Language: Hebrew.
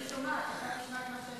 אני שומעת.